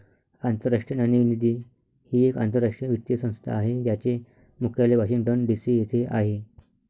आंतरराष्ट्रीय नाणेनिधी ही एक आंतरराष्ट्रीय वित्तीय संस्था आहे ज्याचे मुख्यालय वॉशिंग्टन डी.सी येथे आहे